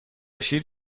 شیر